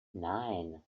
nine